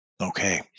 Okay